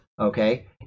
Okay